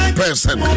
person